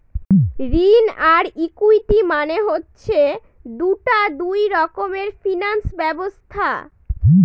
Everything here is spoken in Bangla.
ঋণ আর ইকুইটি মানে হচ্ছে দুটা দুই রকমের ফিনান্স ব্যবস্থা